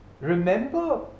Remember